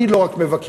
אני לא רק מבקר.